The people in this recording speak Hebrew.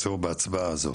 בהצבעה הזו.